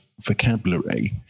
vocabulary